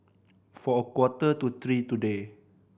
for a quarter to three today